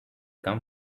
come